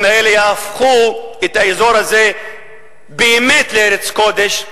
האלה יהפוך את האזור הזה באמת לארץ קודש,